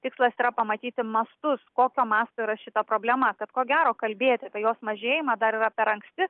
tikslas yra pamatyti mastus kokio masto yra šita problema kad ko gero kalbėti apie jos mažėjimą dar yra per anksti